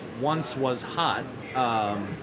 once-was-hot